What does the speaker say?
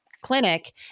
clinic